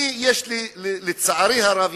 לצערי הרב,